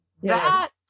Yes